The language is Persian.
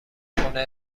خونه